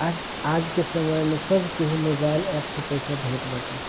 आजके समय में सब केहू मोबाइल एप्प से पईसा भेजत बाटे